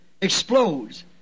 explodes